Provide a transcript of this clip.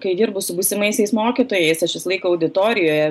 kai dirbu su būsimaisiais mokytojais aš visą laiką auditorijoje